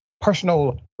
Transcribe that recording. personal